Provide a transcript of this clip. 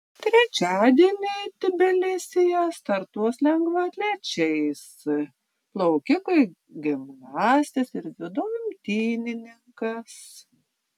trečiadienį tbilisyje startuos lengvaatlečiais plaukikai gimnastės ir dziudo imtynininkas